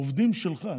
עובדים שלך.